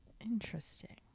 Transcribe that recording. Interesting